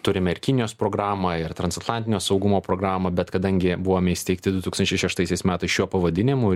turime ir kinijos programą ir transatlantinio saugumo programą bet kadangi buvom įsteigti du tūkstančiai šeštaisiais metais šiuo pavadinimu